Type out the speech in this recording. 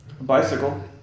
bicycle